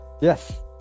Yes